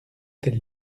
tels